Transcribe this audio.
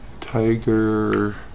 Tiger